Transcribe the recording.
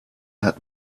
hat